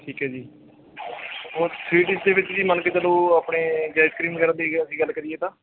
ਠੀਕ ਹੈ ਜੀ ਹੋਰ ਸਵੀਟ ਡਿਸ਼ ਦੇ ਵਿੱਚ ਜੀ ਮੰਨ ਕੇ ਚੱਲੋ ਆਪਣੇ ਜੇ ਆਈਸ ਕ੍ਰੀਮ ਵਗੈਰਾ ਦੀ ਹੈਗੀ ਆ ਅਸੀਂ ਗੱਲ ਕਰੀਏ ਤਾਂ